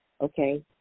okay